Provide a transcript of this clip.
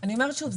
אני אומרת שוב,